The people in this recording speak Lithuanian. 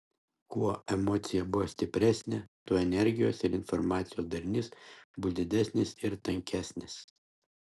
kuo emocija buvo stipresnė tuo energijos ir informacijos darinys bus didesnis ir tankesnis